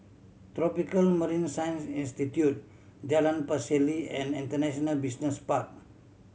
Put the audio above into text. Tropical Marine Science Institute Jalan Pacheli and International Business Park